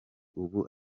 ubu